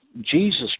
Jesus